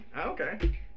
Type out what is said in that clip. Okay